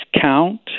count